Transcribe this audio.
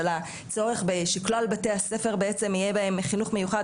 על הצורך שכלל בתי הספר יהיה בהם חינוך מיוחד.